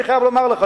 אני חייב לומר לך,